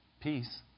peace